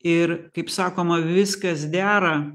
ir kaip sakoma viskas dera